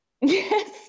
Yes